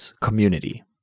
community